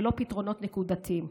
ולא פתרונות נקודתיים.